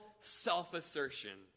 self-assertion